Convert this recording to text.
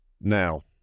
Now